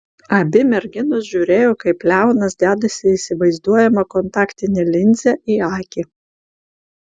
abi merginos žiūrėjo kaip leonas dedasi įsivaizduojamą kontaktinę linzę į akį